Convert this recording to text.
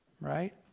Right